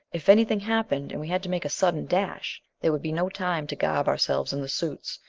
if anything happened, and we had to make a sudden dash, there would be no time to garb ourselves in the suits.